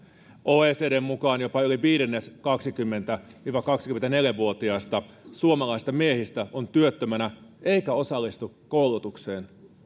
oecdn mukaan jopa yli viidennes kaksikymmentä viiva kaksikymmentäneljä vuotiaista suomalaisista miehistä on työttömänä eikä osallistu koulutukseen